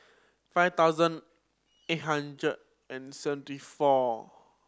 five thousand eight hundred and seventy four